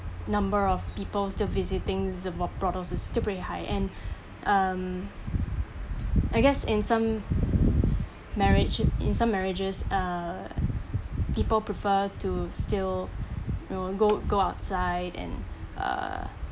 number of people still visiting the bro~ brothels still pretty high and um I guess in some marriage in some marriages uh people prefer to still you know go go outside and uh